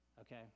okay